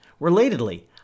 Relatedly